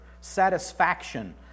satisfaction